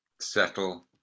Settle